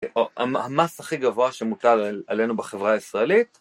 המס הכי גבוה שמוטל עלינו בחברה הישראלית.